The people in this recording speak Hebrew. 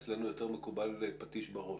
אצלנו יותר מקובל פטיש בראש.